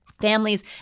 Families –